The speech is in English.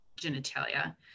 genitalia